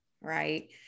right